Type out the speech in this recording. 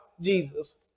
Jesus